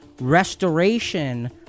restoration